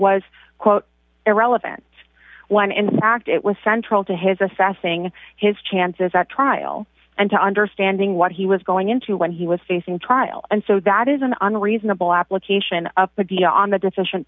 was quote irrelevant when in fact it was central to his assessing his chances at trial and to understanding what he was going into when he was facing trial and so that is an on a reasonable application up but beyond the deficient